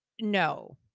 No